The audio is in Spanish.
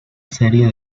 serie